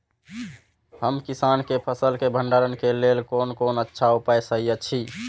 हम किसानके फसल के भंडारण के लेल कोन कोन अच्छा उपाय सहि अछि?